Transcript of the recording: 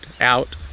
out